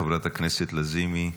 חברת הכנסת לזימי,